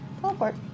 teleport